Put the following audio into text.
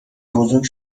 بزرگ